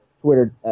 Twitter